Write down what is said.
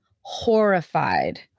horrified